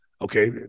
Okay